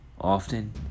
Often